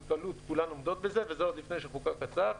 וזה עוד לפני שחוקק הצו.